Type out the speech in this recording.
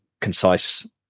concise